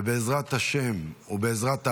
ובעזרת השם ובעזרת האחדות,